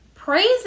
praise